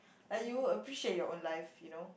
like you will appreciate your own life you know